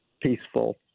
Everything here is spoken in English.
peaceful